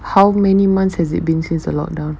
how many months has it been since the lockdown